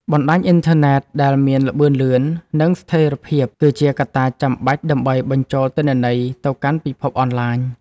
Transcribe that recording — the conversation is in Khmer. បណ្តាញអ៊ីនធឺណិតដែលមានល្បឿនលឿន និងស្ថិរភាព គឺជាកត្តាចាំបាច់ដើម្បីបញ្ចូលទិន្នន័យទៅកាន់ពិភពអនឡាញ។